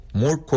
more